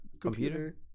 Computer